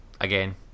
again